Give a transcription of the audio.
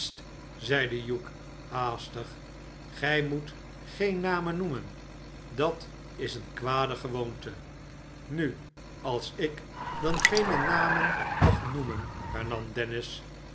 zeide hugh haastig gij moet geen namen noemen dat is eene kwade gewoonte nu als ik dan geene namen mag noemen hernam dennis